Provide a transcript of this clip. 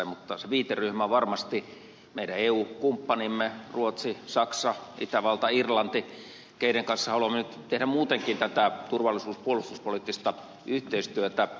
mutta se viiteryhmä on varmasti meidän eu kumppanimme ruotsi saksa itävalta irlanti keiden kanssa haluamme nyt tehdä muutenkin tätä turvallisuus ja puolustuspoliittista yhteistyötä